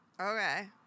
Okay